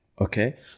okay